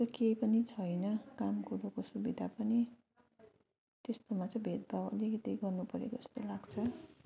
त्यस्तो केही पनि छैन काम कुरोको सुविधा पनि त्यस्तोमा चाहिँ भेदभाव अलिकति गर्नु परेको जस्तै लाग्छ